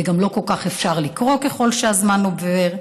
וגם לא כל כך אפשר לקרוא ככל שהזמן עובר.